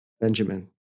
Benjamin